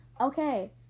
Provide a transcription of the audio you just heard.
okay